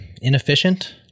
inefficient